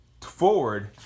forward